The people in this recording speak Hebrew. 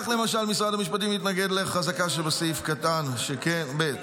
כך למשל משרד המשפטים מתנגד לחזקה שבסעיף קטן (ב),